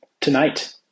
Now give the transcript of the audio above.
tonight